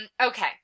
okay